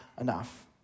enough